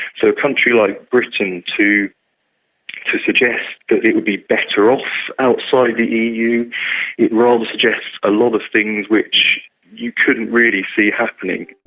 so a country like britain, to to suggest that it would be better off outside the eu, it rather suggests a lot of things which you couldn't really see happening.